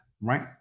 Right